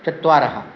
चत्वारः